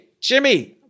Jimmy